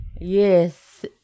Yes